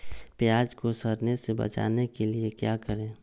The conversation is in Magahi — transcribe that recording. प्याज को सड़ने से बचाने के लिए क्या करें?